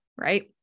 right